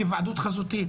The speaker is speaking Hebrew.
חוק היוועדות חזותית,